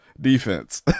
Defense